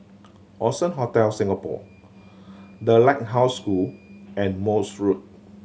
Allson Hotel Singapore The Lighthouse School and Morse Road